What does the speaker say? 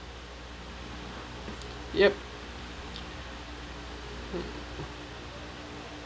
yup